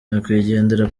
nyakwigendera